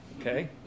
okay